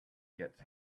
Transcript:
gets